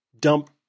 dump